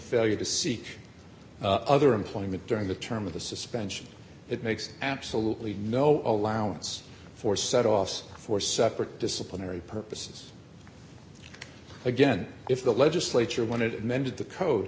failure to seek other employment during the term of the suspension it makes absolutely no allowance for set off for separate disciplinary purposes again if the legislature wanted it mended the code